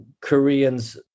Koreans